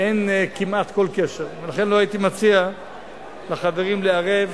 אין כמעט כל קשר, ולכן, לא הייתי מציע לחברים לערב